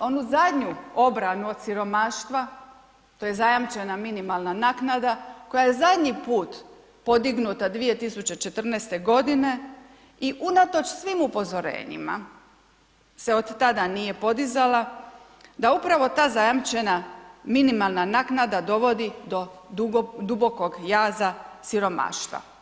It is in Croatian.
onu zadnju obranu od siromaštva, to je zajamčena minimalna naknada koja je zadnji put podignuta 2014. godine i unatoč svim upozorenjima se od tada nije podizala, da upravo ta zajamčena minimalna naknada dovodi do dubokog jaza siromaštva.